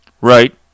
Right